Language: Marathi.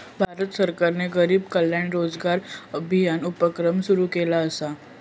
भारत सरकारने गरीब कल्याण रोजगार अभियान उपक्रम सुरू केला असा